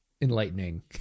enlightening